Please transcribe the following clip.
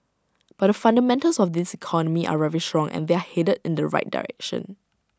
but the fundamentals of this economy are very strong and they're headed in the right direction